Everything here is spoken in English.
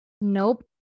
Nope